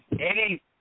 Eddie